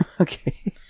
Okay